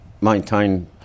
maintain